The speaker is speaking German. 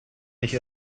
nicht